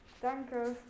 Danke